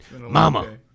Mama